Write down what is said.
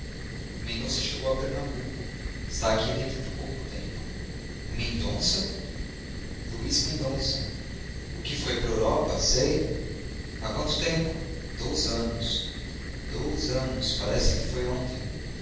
mendonça chegou a pernambuco está aqui dentro de pouco tempo o mendonça luís mendonça o que foi para a europa sei há quanto tempo dois anos dois anos parece que foi ontem